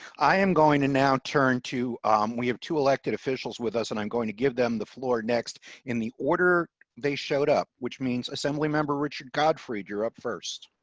i am going to now turn to we have to elected officials with us. and i'm going to give them the floor next in the order they showed up, which means assembly member richard godfrey drew up first.